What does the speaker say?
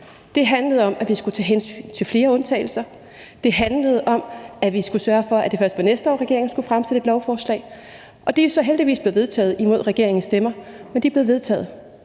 Det handlede om, at vi skulle tage hensyn til flere undtagelser, og det handlede om, at vi skulle sørge for, at det først blev næste år, regeringen skulle fremsætte et lovforslag. De er jo så heldigvis blevet vedtaget; det er imod regeringens stemmer, men de er blevet vedtaget.